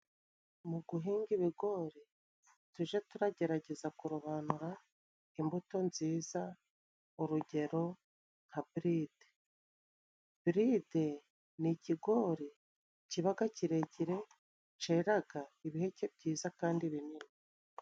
Mu guhinga ibigori tuje turagerageza kurobanura imbuto nziza, urugero nka buride, buride ni ikigori kibaga kirekire, cyeraga ibiheke byiza kandi binini.